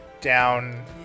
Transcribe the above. down